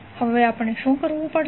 હવે આપણે શું કરવુ પડશે